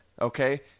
okay